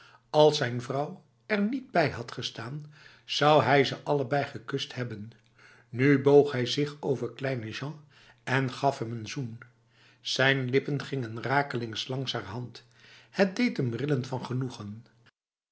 als zijn vrouw er niet bij had gestaan zou hij ze allebei gekust hebben nu boog hij zich over kleine jean en gaf hem een zoen zijn lippen gingen rakelings langs haar hand het deed hem trillen van genoegen